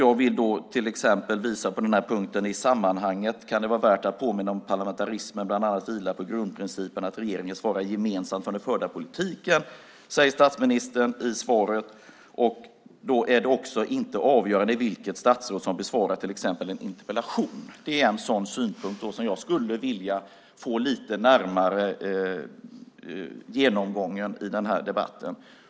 Jag vill visa på den här punkten: I sammanhanget kan det vara värt att påminna om att parlamentarismen bland annat vilar på grundprincipen att regeringen svarar gemensamt för den förda politiken. Så säger statsministern i svaret. Vidare säger han att det då inte är avgörande vilket statsråd som besvarar till exempel en interpellation. Det är en sådan synpunkt som jag skulle vilja få lite närmare genomgången i den här debatten.